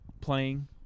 playing